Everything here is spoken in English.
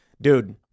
dude